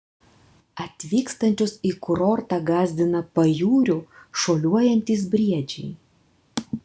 atvykstančius į kurortą gąsdina pajūriu šuoliuojantys briedžiai